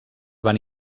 van